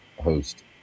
host